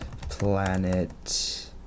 planet